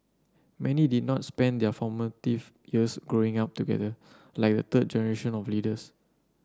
many did not spend their formative years Growing Up together like the third generation of leaders